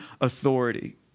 authority